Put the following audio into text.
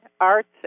arts